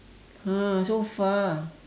!huh! so far